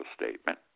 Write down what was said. statement